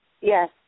Yes